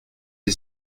est